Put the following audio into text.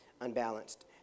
unbalanced